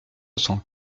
cent